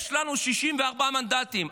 יש לנו 64 מנדטים.